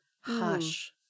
hush